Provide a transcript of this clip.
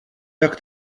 jak